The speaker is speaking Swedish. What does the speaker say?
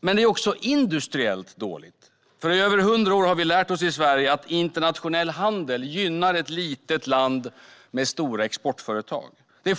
Det är också industriellt dåligt. I över hundra år har vi i Sverige lärt oss att internationell handel gynnar ett litet land med stora exportföretag.